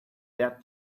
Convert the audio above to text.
that